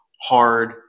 hard